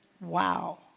Wow